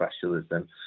specialism